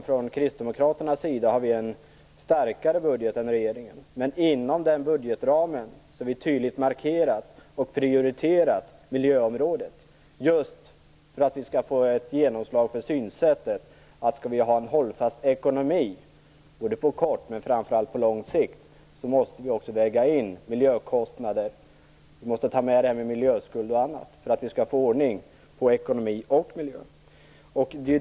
Från kristdemokraternas sida har vi en starkare budget än regeringen. Inom den budgetramen har vi tydligt markerat och prioriterat miljöområdet - just för att skall få ett genomslag för synsättet att om vi skall ha en hållfast ekonomi på kort och framför allt på lång sikt måste vi också väga in miljökostnader. Vi måste ta med miljöskuld m.m., om vi skall få ordning på miljö och ekonomi.